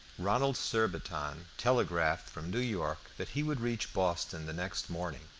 ronald surbiton telegraphed from new york that he would reach boston the next morning,